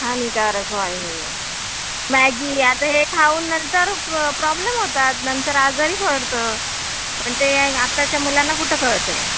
हानिकारक आहे हे मॅगी आता हे खाऊन नंतर प प्रॉब्लेम होतात नंतर आजारी पडतं पण ते आताच्या मुलांना कुठं कळतं आहे